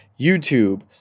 YouTube